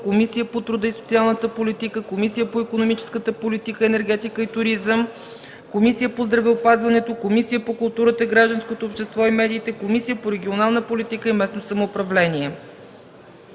Комисията по труда и социалната политика, Комисията по икономическата политика, енергетика и туризъм, Комисията по здравеопазването, Комисията по културата, гражданското общество и медиите, Комисията по регионална политика и местно самоуправление.